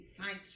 thanks